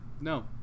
No